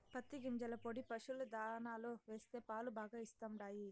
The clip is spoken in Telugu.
పత్తి గింజల పొడి పశుల దాణాలో వేస్తే పాలు బాగా ఇస్తండాయి